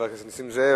של חבר הכנסת נסים זאב,